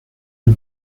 del